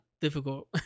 difficult